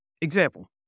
Example